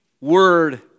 word